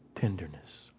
tenderness